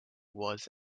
was